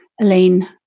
Elaine